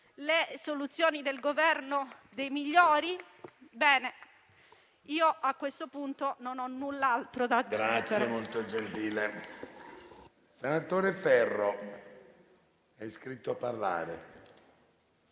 le soluzioni del Governo dei migliori? A questo punto, non ho null'altro da aggiungere.